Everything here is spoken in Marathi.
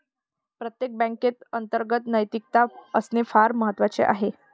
प्रत्येक बँकेत अंतर्गत नैतिकता असणे फार महत्वाचे आहे